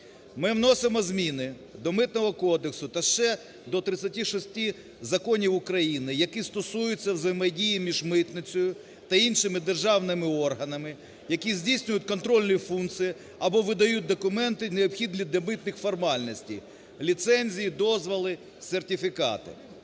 Ми вносимо зміни до Митного кодексу та ще до 36 законів України, які стосуються взаємодії між митницею та іншими державними органами, які здійснюють контрольні функції або видають документи, необхідні для митних формальностей: ліцензії, дозволи, сертифікати.